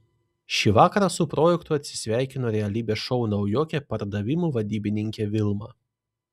šį vakarą su projektu atsisveikino realybės šou naujokė pardavimų vadybininkė vilma